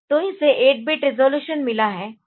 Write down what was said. तो इसे 8 bit resolution मिला है